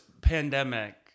pandemic